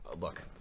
Look